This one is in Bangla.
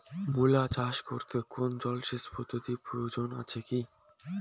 মূলা চাষ করতে কোনো জলসেচ পদ্ধতির প্রয়োজন আছে কী?